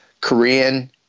Korean